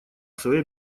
свои